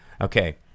Okay